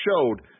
showed